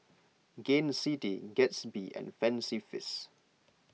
Gain City Gatsby and Fancy Feast